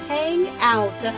Hangout